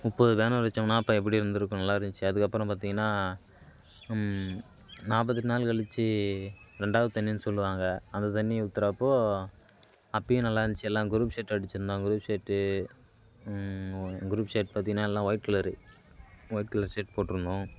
முப்பது பேனர் வச்சோம்னா அப்போ எப்படி இருந்துருக்கும் நல்லா இருந்துச்சு அதுக்கப்புறம் பார்த்தீங்கன்னா நாற்பத்தெட்டு நாள் கழித்து ரெண்டாவது தண்ணின்னு சொல்லுவாங்கள் அந்த தண்ணி ஊற்றுறப்போ அப்போயும் நல்லா இருந்துச்சு எல்லாம் குரூப் ஷர்ட் அடிச்சுருந்தோம் குரூப் ஷர்ட் ஓ குரூப் ஷர்ட் பார்த்தீங்கன்னா எல்லாம் white colour white colour shirt போட்டுருந்தோம்